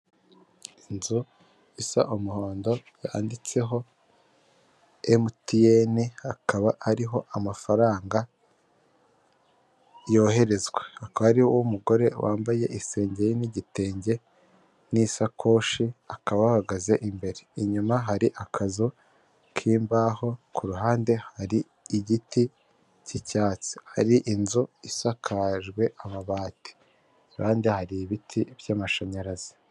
Inzu isa umuhondo yanditseho MTN akaba ariho amafaranga yoherezwa, akaba hariho mugore wambaye isengeri n'igitenge n'isakoshi akaba ahahagaze imbere, inyuma hari akazu k'imbaho ku ruhande hari igiti cy'icyatsi hari inzu isakajwe amabati kandi hari ibiti by'amashanyarazi.